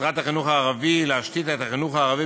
מטרת החינוך הערבי היא להשתית את החינוך הערבי